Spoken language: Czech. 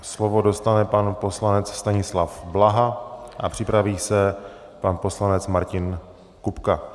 Slovo dostane pan poslanec Stanislav Blaha a připraví se pan poslanec Martin Kupka.